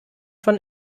von